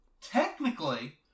Technically